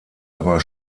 aber